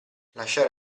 lasciare